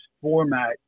format